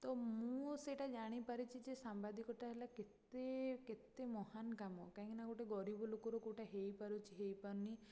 ତ ମୁଁ ସେଇଟା ଜାଣିପାରିଛି ଯେ ସାମ୍ବାଦିକଟା ହେଲା କେତେ କେତେ ମହାନ କାମ କାହିଁକି ନା ଗୋଟେ ଗରିବ ଲୋକର କେଉଁଟା ହେଇପାରୁଛି ହେଇପାରୁନି